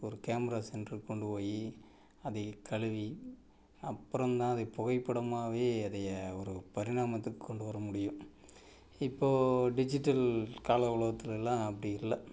ஒரு கேமரா சென்ட்ருக்கு கொண்டு போய் அதை கழுவி அப்புறந்தான் அதை புகைப்படமாகவே அதை ஒரு பரிணாமத்துக்கு கொண்டு வர முடியும் இப்போது டிஜிட்டல் கால உலகத்திலெல்லாம் அப்படி இல்லை